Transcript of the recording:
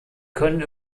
können